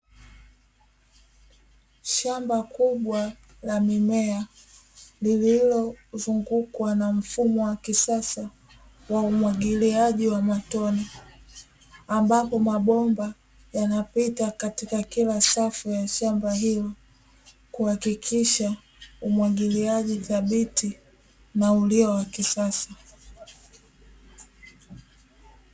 Shamba kubwa la mimea lililozungukwa na mfumo wa kisasa wa umwagiliaji wa matone, ambapo mabomba yanapita katika kila safu ya shamba hilo kuhakikisha umwagiliaji thabiti na ulio wa kisasa.